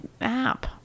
app